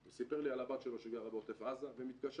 הוא סיפר לי על הבת שלו שגרה בעוטף עזה ומתקשה